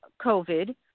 COVID